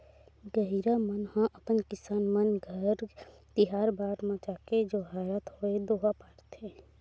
गहिरा मन ह अपन किसान मन घर तिहार बार म जाके जोहारत होय दोहा पारथे